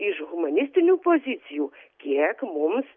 iš humanistinių pozicijų kiek mums